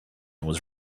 was